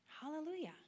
hallelujah